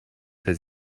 his